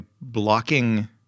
blocking